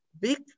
Big